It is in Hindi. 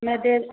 मैं देख